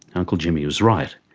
uncle jimmy is right.